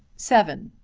seven!